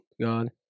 God